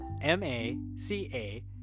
M-A-C-A